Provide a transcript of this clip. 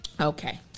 Okay